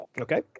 Okay